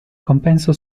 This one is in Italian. compenso